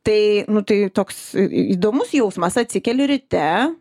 tai nu tai toks įdomus jausmas atsikeli ryte